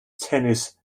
tennis